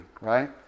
Right